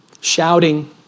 Shouting